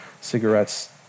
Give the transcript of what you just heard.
cigarettes